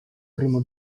primo